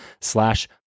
slash